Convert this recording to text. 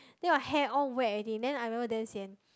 then your hair all wet already then I don't know damn sian